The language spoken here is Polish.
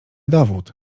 dowód